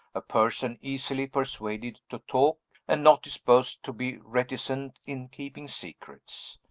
a person easily persuaded to talk, and not disposed to be reticent in keeping secrets.